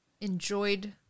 enjoyed